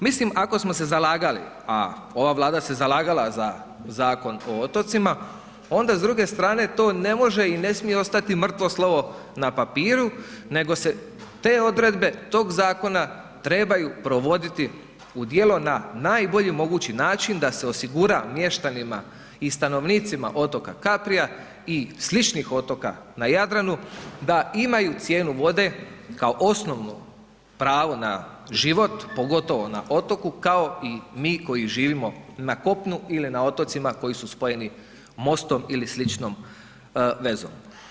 Mislim ako smo se zalagali a ova Vlada se zalagala za Zakon o otocima onda s druge strane to ne može i ne smije ostati mrtvo slovo na papiru nego se te odredbe, tog zakona trebaju provoditi u djelo na najbolji mogući način da se osigura mještanima i stanovnicima otoka Kaprija i sličnih otoka na Jadranu da imaju cijenu vode kao osnovno pravo na život, pogotovo na otoku kao i mi koji živimo na kopnu ili na otocima koji su spojeni mostom ili sličnom vezom.